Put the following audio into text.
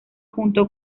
junto